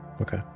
Okay